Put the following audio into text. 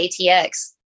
ATX